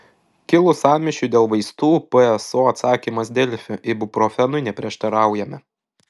kilus sąmyšiui dėl vaistų pso atsakymas delfi ibuprofenui neprieštaraujame